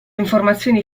informazioni